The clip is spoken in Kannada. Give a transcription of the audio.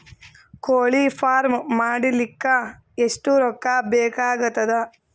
ಕೋಳಿ ಫಾರ್ಮ್ ಮಾಡಲಿಕ್ಕ ಎಷ್ಟು ರೊಕ್ಕಾ ಬೇಕಾಗತದ?